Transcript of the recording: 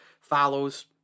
Follows